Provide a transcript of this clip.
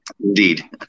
Indeed